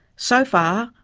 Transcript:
so far,